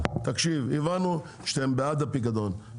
הבנו שאתם בעד הפיקדון.